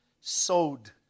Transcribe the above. sowed